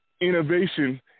innovation